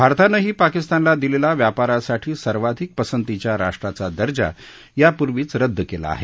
भारतानंही पाकिस्तानला दिलेला व्यापारासाठी सर्वाधिक पसंतीच्या राष्ट्राचा दर्जा यापूर्वीच रद्द केला आहे